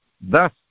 Thus